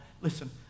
listen